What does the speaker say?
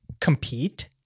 compete